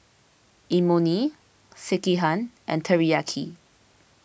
Imoni Sekihan and Teriyaki